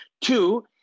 Two